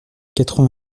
quatre